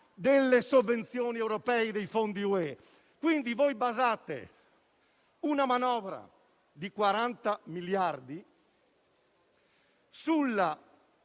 delle sovvenzioni europee e dei fondi UE. Voi basate una manovra di 40 miliardi sulla